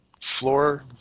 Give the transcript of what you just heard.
floor